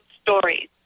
stories